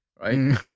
right